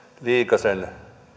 liikasen